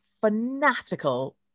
fanatical